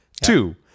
Two